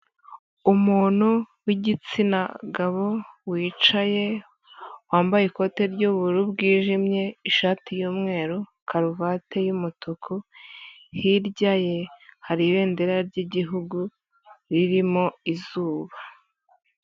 Umuntu w'igitsina gabo wicaye, wambaye ikote ry'ubururu bwijimye, ishati y'umweru, karuvati y'umutuku; hirya ye hari ibendera ry'igihugu, ririmo izuba.